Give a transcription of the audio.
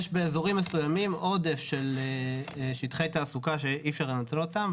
יש באזורים מסוימים עודף של שטחי תעסוקה שאי אפשר לנצל אותם,